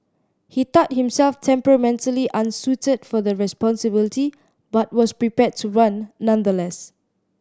he thought himself temperamentally unsuited for the responsibility but was prepared to run nonetheless